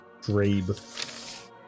Drabe